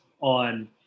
on